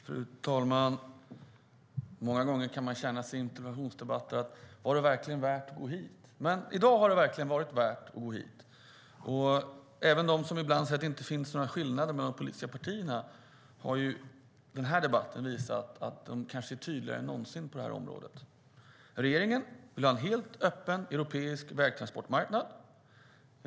Fru talman! Många gånger kan man i interpellationsdebatter känna: Var det verkligen värt att gå hit? Men i dag har det verkligen varit värt att gå hit. Det finns de som ibland säger att det inte finns några skillnader mellan de politiska. Men denna debatt har visat att skillnaderna kanske är tydligare än någonsin på det här området. Regeringen vill ha en helt öppen europeisk vägtransportmarknad.